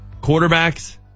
quarterbacks